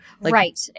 Right